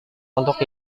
untuk